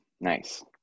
nice